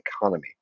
economy